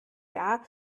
jahr